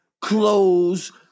clothes